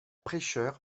prêcheur